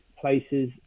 places